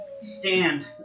stand